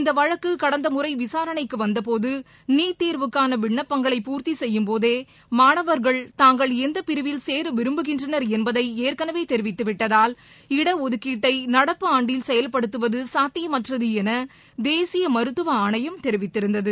இந்தவழக்குகடந்தமுறைவிசாரணைக்குவந்தபோது NEET தேர்வுக்கானவிண்ணப்பங்களை பூர்த்திசெய்யும்போதேமாணவர்கள் தாங்கள் எந்தபிரிவில் சேரவிரும்புகின்றனர் என்பதைஏற்கனவேதெரிவித்துவிட்டதால் இடஒதுக்கீட்டைநடப்பு ஆண்டில் செயல்படுத்துவதுசாத்தியமற்றதுஎனதேசியமருத்துவஆணையம் தெரிவித்திருந்தது